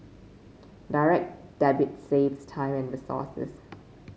Direct Debit saves time and resources